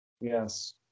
Yes